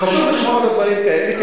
את זה לדיון.